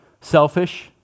selfish